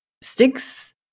sticks